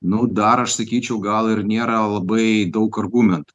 nu dar aš sakyčiau gal ir nėra labai daug argumentų